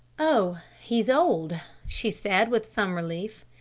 oh, he's old, she said with some relief.